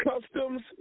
customs